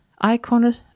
Icon